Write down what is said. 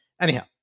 Anyhow